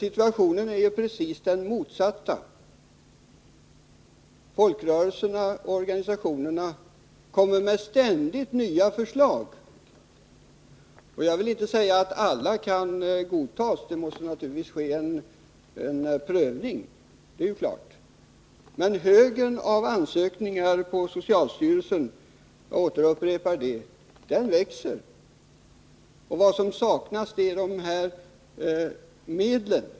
Situationen är ju precis den motsatta. Folkrörelserna och de olika organisationerna kommer ständigt med nya förslag. Jag vill inte säga att alla kan godtas. Naturligtvis måste det bli en prövning. Men högen av ansökningar hos socialstyrelsens A-nämnd, jag upprepar det, växer. Vad som saknas är medlen.